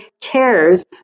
cares